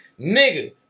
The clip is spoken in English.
nigga